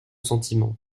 sentiments